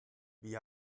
wie